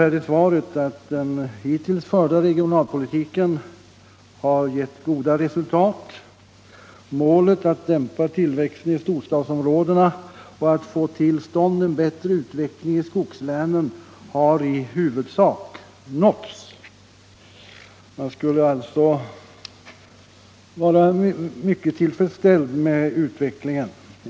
Han säger i svaret: ”Den hittills förda regionalpolitiken har också gett goda resultat. Målet att dämpa tillväxten i storstadsområdena och att få till stånd en bättre utveckling i skogslänen har i huvudsak nåtts.” Man borde alltså enligt detta uttalande vara mycket tillfredsställd med utvecklingen.